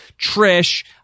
trish